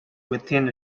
within